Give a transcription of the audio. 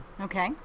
Okay